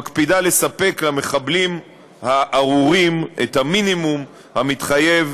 שמקפידה לספק למחבלים הארורים את המינימום המתחייב